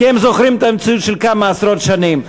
כי הם זוכרים את המציאות של כמה עשרות שנים.